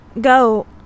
Go